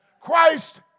Christ